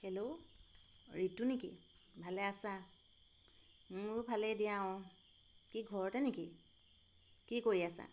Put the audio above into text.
hello Ritu নেকি ভালে আছা মোৰো ভালেই দিয়া অঁ কি ঘৰতে নেকি কি কৰি আছা